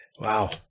Wow